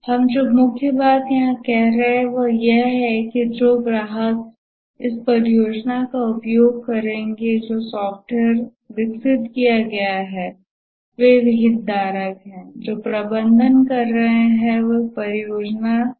हम जो मुख्य बात यहां कह रहे हैं वह यह है कि जो ग्राहक इस परियोजना का उपयोग करेंगे जो सॉफ्टवेयर विकसित किया जाएगा वे हितधारक हैं जो प्रबंधन कर रहे हैं वे परियोजना प्रबंधक हैं